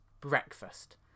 breakfast